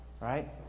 right